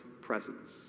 presence